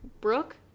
brooke